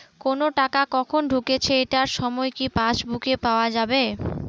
কোনো টাকা কখন ঢুকেছে এটার সময় কি পাসবুকে পাওয়া যাবে?